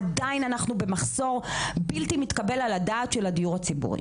עדיין אנחנו במחסור בלתי מתקבל על הדעת של הדיור הציבורי.